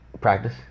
Practice